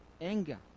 anger